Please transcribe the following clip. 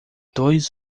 dois